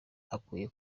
akwiye